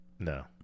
No